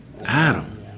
Adam